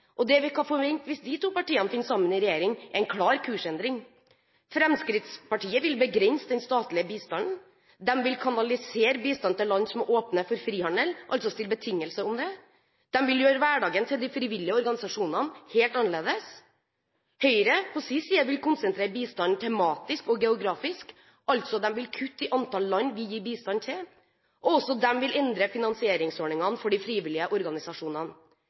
og Høyre, og det vi kan forvente hvis de to partiene finner sammen i regjering, er en klar kursendring. Fremskrittspartiet vil begrense den statlige bistanden, de vil kanalisere bistand til land som åpner for frihandel, altså stille betingelser om det, og de vil gjøre hverdagen til de frivillige organisasjonene helt annerledes. Høyre på sin side vil konsentrere bistanden tematisk og geografisk, altså kutte i antall land vi gir bistand til, og de vil også endre finansieringsordningene for de frivillige organisasjonene.